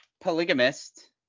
polygamist